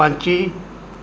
ਪੰਛੀ